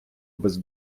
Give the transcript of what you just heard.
без